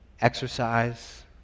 exercise